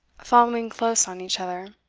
following close on each other.